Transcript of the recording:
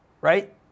right